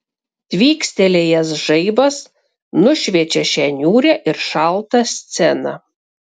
tvykstelėjęs žaibas nušviečia šią niūrią ir šaltą sceną